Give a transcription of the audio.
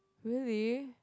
really